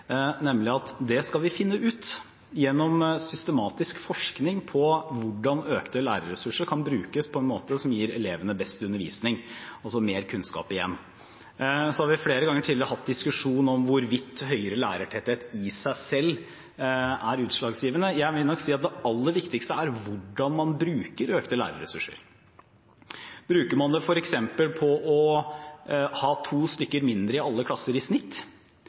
nemlig at det skal vi finne ut, gjennom systematisk forskning på hvordan økte lærerressurser kan brukes på en måte som gir elevene best undervisning, altså mer kunnskap igjen. Så har vi flere ganger tidligere hatt diskusjonen om hvorvidt høyere lærertetthet i seg selv er utslagsgivende. Jeg vil nok si at det aller viktigste er hvordan man bruker økte lærerressurser. Bruker man det f.eks. på å ha to elever færre i alle klasser i snitt,